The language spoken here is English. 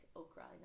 okra